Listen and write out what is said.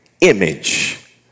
image